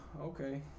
Okay